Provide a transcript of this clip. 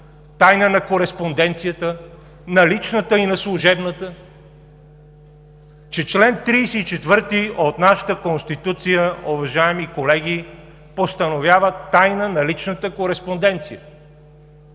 тайна на кореспонденцията – на личната и на служебната, че чл. 34 от нашата Конституция, уважаеми колеги, постановява тайна на личната кореспонденция?